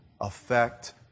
affect